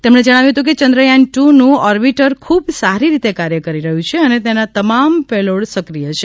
તેમણે જણાવ્યું હતું કે ચંદ્રયાન ટુ નું ઓરબીટર ખૂબ સારી રીતે કાર્ય કરી રહ્યું છે અને તેના તમામ પેલોડ સક્રીય છે